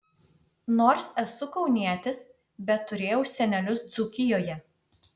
nors esu kaunietis bet turėjau senelius dzūkijoje